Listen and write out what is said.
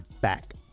back